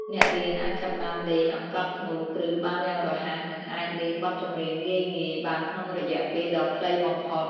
អ្នករៀនអាចចាប់ផ្ដើមលេងអង្កត់ធ្នូគ្រឹះបានយ៉ាងរហ័ស និង អាចលេងបទចម្រៀងងាយៗបានក្នុងរយៈពេលដ៏ខ្លីបំផុត។